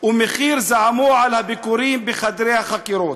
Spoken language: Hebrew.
ומחיר זעמו על הביקורים בחדרי החקירות.